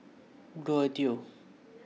Bluedio